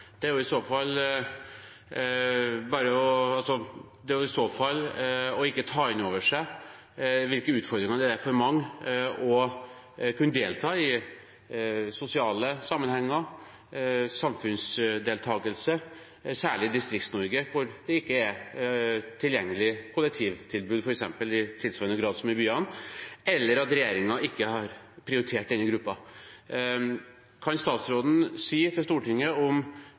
det er i så fall å ikke ta inn over seg hvilke utfordringer det byr på for mange å delta i sosiale sammenhenger og i samfunnet, særlig i Distrikts-Norge, hvor det ikke i tilsvarende grad som i byene er et tilgjengelig kollektivtilbud – eller bety at regjeringen ikke har prioritert denne gruppen. Kan statsråden si til Stortinget om